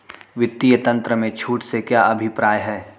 वित्तीय तंत्र में छूट से क्या अभिप्राय है?